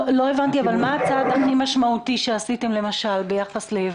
לא הבנתי מה הצעד הכי משמעותי שעשיתם מול יבואנים?